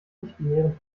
nichtbinären